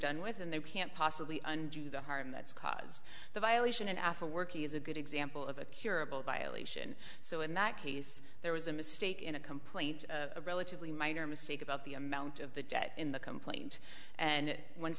done with and they can't possibly undo the harm that's caused the violation after work is a good example of a curable violation so in that case there was a mistake in a complaint a relatively minor mistake about the amount of the debt in the complaint and once